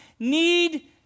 Need